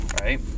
right